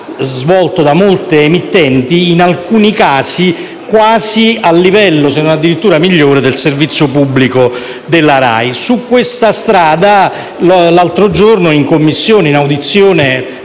svolto da molte emittenti, in alcuni casi quasi a livello, se non addirittura migliore, del servizio pubblico della RAI. Su questa strada, l'altro giorno, in audizione